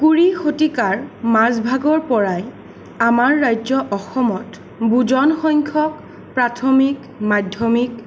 কুৰি শতিকাৰ মাজভাগৰ পৰাই আমাৰ ৰাজ্য অসমত বুজনসংখ্যক প্ৰাথমিক মাধ্যমিক